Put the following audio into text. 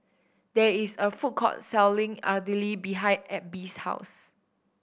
there is a food court selling Idili behind Abby's house